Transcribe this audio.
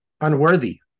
unworthy